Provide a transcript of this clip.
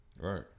Right